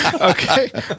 okay